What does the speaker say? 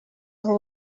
aho